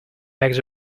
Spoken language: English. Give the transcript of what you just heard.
bags